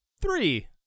Three